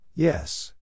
Yes